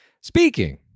Speaking